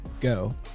go